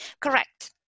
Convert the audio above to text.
Correct